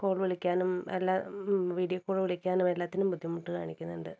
call വിളിക്കാനും എല്ലാ video call വിളിക്കാനും എല്ലാത്തിനും ബുദ്ധിമുട്ട് കാണിക്കുന്നുണ്ട്